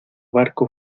barco